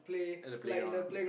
at the playground lah